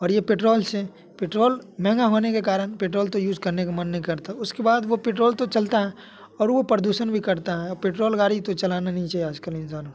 और ये पेट्रौल से पेट्रौल महँगा होने के कारण पेट्रोल तो यूज़ करने का मन नहीं करता उसके बाद वो पेट्रौल तो चलता है और वो प्रर्दूषण भी करता है पेट्रौल गाड़ी तो चलाना नहीं चाहिए आज कल इंसान को